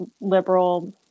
liberal